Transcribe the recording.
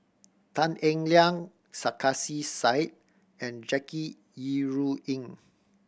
Tan Eng Liang Sarkasi Said and Jackie Yi Ru Ying